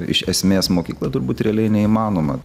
iš esmės mokyklą turbūt realiai neįmanoma